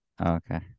Okay